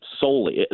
solely